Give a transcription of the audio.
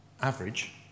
average